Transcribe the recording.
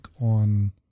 on